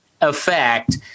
effect